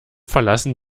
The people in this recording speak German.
verlassen